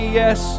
yes